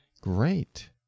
great